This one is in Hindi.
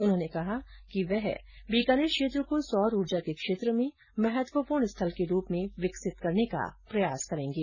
उन्होंने कहा कि वह बीकानेर क्षेत्र को सौर ऊर्जा के क्षेत्र में महत्वपूर्ण स्थल के रूप में विकसित करने का प्रयास करेंगे